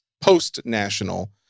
post-national